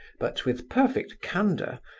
but with perfect candour,